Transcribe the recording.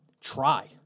Try